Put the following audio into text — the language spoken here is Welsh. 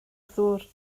ddŵr